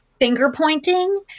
finger-pointing